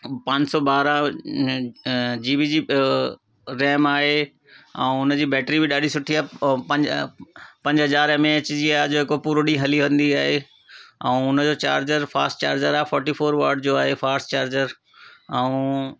पान सौ बारहं जीबी जी रैम आहे ऐं उन जी बैट्री बि ॾाढी सुठी आहे पंजु पंजु हज़ार एम ए एच जी आहे जेको पूरो ॾींहुं हली वेंदी आहे ऐं उन जो चार्जर फास्ट चार्जर आहे फोटी फोर वॉट जो आहे फास्ट चार्जर ऐं